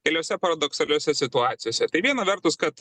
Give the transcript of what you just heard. keliose paradoksaliose situacijose tai viena vertus kad